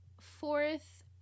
fourth